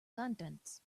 contents